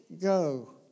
go